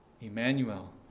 Emmanuel